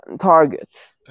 targets